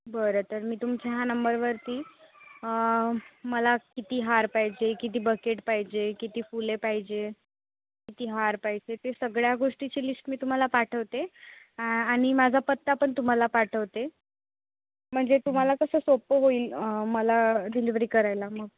बरं तर मी तुमच्या ह्या नंबरवरती मला किती हार पाहिजे किती बकेट पाहिजे किती फुले पाहिजे किती हार पाहिजे ते सगळ्या गोष्टीची लिष्ट मी तुम्हाला पाठवते आणि माझा पत्ता पण तुम्हाला पाठवते म्हणजे तुम्हाला कसं सोप्पं होईल मला डिलिवरी करायला मग